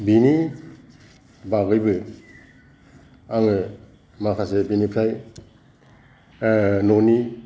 बिनि बागैबो आङो माखासे बिनिफ्राय न'नि